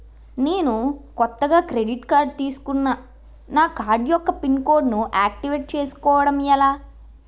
నేను కొత్తగా credit card తిస్కున్నా నా కార్డ్ యెక్క పిన్ కోడ్ ను ఆక్టివేట్ చేసుకోవటం ఎలా?